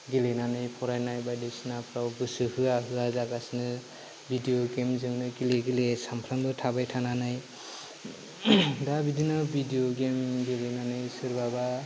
गेलेनानै फरायनाय बायदिसिनाफोराव गोसो होया होया जागासिनो भिडिअ गेमजोंनो गेले गेले सानफ्रोमबो थाबाय थानाय दा बिदिनो भिडिय' गेम गेलेनानै सोरबाबा